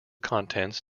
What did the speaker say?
contents